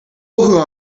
who